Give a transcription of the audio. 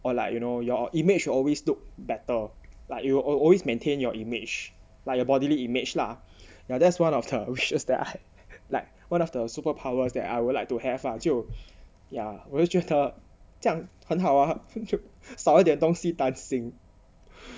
or like you know your image you always look better like you will always maintain your image like your bodily image lah yeah that's one of the wishes that I like one of the superpowers that I would like to have lah 就 yeah 我觉得这样很好 !wah! 少一点东西担心